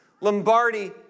Lombardi